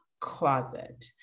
closet